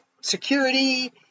security